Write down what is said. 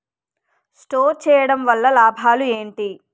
Store చేయడం వల్ల లాభాలు ఏంటి?